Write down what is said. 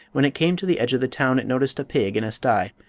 when it came to the edge of the town it noticed a pig in a sty,